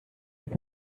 herr